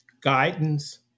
guidance